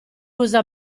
usa